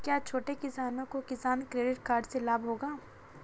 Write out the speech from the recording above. क्या छोटे किसानों को किसान क्रेडिट कार्ड से लाभ होगा?